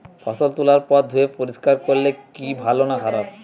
ফসল তোলার পর ধুয়ে পরিষ্কার করলে কি ভালো না খারাপ?